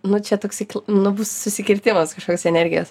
nu čia toksai nu bus susikirtimas kažkoks energijos